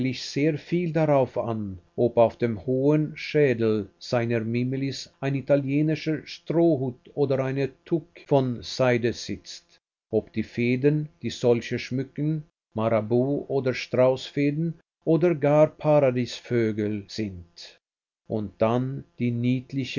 sehr viel darauf an ob auf dem hohlen schädel seiner mimilis ein italienischer strohhut oder eine toque von seide sitzt ob die federn die solche schmücken marabout oder straußfedern oder gar paradiesvögel sind und dann die niedlichen